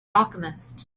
alchemist